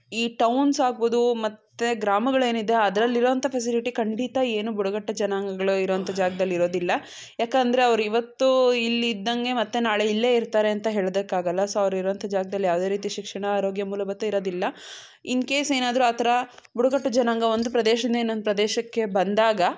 ಈ ಟೌನ್ಸ್ ಆಗ್ಬೌದು ಮತ್ತೆ ಗ್ರಾಮಗಳೇನಿದೆ ಅದ್ರಲ್ಲಿರೋವಂಥ ಫೆಸಿಲಿಟಿ ಖಂಡಿತ ಏನು ಬುಡಕಟ್ಟು ಜನಾಂಗಗಳಿರುವಂಥ ಜಾಗದಲ್ಲಿರೋದಿಲ್ಲ ಯಾಕಂದರೆ ಅವ್ರು ಇವತ್ತು ಇಲ್ಲಿದ್ದಂಗೆ ಮತ್ತೆ ನಾಳೆ ಇಲ್ಲೇ ಇರ್ತಾರೆ ಅಂತ ಹೇಳೋದಕ್ಕಾಗಲ್ಲ ಸೊ ಅವ್ರಿರೋವಂಥ ಜಾಗದಲ್ಲಿ ಯಾವುದೇ ರೀತಿ ಶಿಕ್ಷಣ ಆರೋಗ್ಯ ಮೂಲಭೂತ ಇರೋದಿಲ್ಲ ಇನ್ ಕೇಸ್ ಏನಾದರೂ ಆ ಥರ ಬುಡಕಟ್ಟು ಜನಾಂಗ ಒಂದು ಪ್ರದೇಶದಿಂದ ಇನ್ನೊಂದು ಪ್ರದೇಶಕ್ಕೆ ಬಂದಾಗ